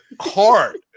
hard